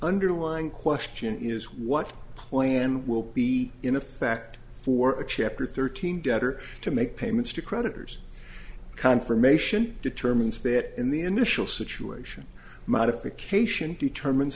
underlying question is what plan will be in effect for a chapter thirteen debtor to make payments to creditors confirmation determines that in the initial situation modification determines